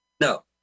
No